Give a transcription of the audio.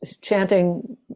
chanting